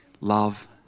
love